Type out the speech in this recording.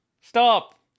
Stop